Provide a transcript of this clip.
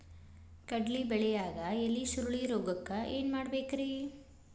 ಕಡ್ಲಿ ಬೆಳಿಯಾಗ ಎಲಿ ಸುರುಳಿರೋಗಕ್ಕ ಏನ್ ಮಾಡಬೇಕ್ರಿ?